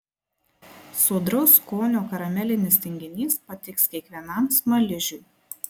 sodraus skonio karamelinis tinginys patiks kiekvienam smaližiui